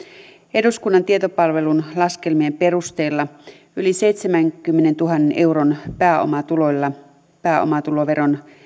eduskunnan tietopalvelun laskelmien perusteella yli seitsemänkymmenentuhannen euron pääomatuloilla pääomatuloveron